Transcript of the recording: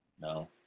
No